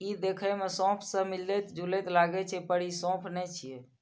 ई देखै मे सौंफ सं मिलैत जुलैत लागै छै, पर ई सौंफ नै छियै